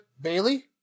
Bailey